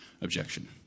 objection